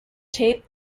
tape